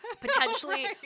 Potentially